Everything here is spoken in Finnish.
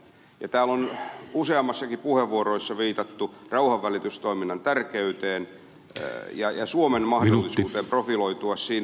täällä on useammassakin puheenvuorossa viitattu rauhanvälitystoiminnan tärkeyteen ja suomen mahdollisuuteen profiloitua siinä